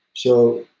so,